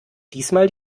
diesmal